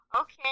Okay